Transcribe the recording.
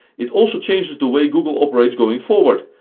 it also changes the way google operates going forward,